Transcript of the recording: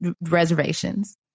reservations